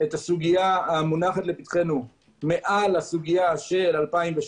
את הסוגיה המונחת לפתחנו מעל הסוגיה של 2017,